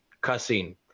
cussing